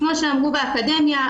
כמו שאמרו באקדמיה,